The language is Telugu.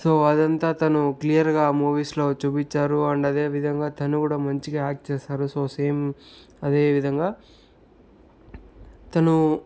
సో అదంతా తను క్లియర్గా మూవీస్లో చూపించారు అండ్ అదేవిధంగా తను కూడా మంచిగా యాక్ట్ చేశారు సో సేమ్ అదే విధంగా తను